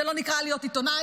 זה לא נקרא להיות עיתונאי,